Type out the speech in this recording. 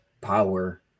power